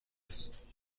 است